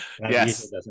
Yes